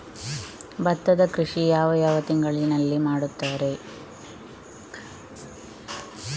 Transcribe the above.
ಭತ್ತದ ಕೃಷಿ ಯಾವ ಯಾವ ತಿಂಗಳಿನಲ್ಲಿ ಮಾಡುತ್ತಾರೆ?